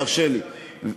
תרשה לי,